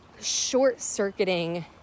short-circuiting